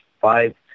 five